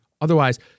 Otherwise